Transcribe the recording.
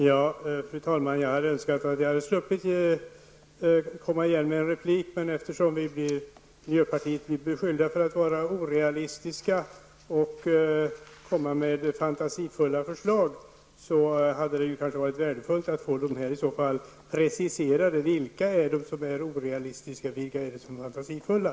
Fru talman! Jag önskar att jag hade sluppit att begära replik, men eftersom vi i miljöpartiet blev beskyllda för att vara orealistiska och komma med fantasifulla förslag, hade det varit värdefullt att få dessa förslag preciserade. Vilka av våra förslag är orealistiska? Vilka av dem är fantasifulla?